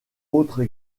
autres